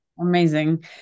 Amazing